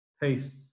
taste